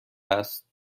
است